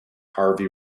harvey